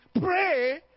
pray